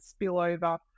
spillover